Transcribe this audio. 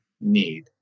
need